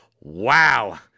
Wow